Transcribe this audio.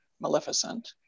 Maleficent